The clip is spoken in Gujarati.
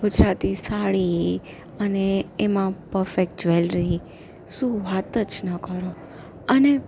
ગુજરાતી સાડી અને એમાં પરફેક્ટ જ્વેલરી શું વાત જ ન કરો અને